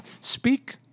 Speak